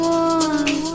one